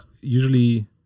usually